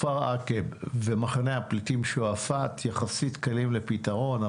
כפר עקב ומחנה הפליטים שועפט יחסים קלים לפתרון,